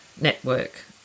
network